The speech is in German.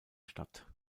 stadt